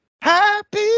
happy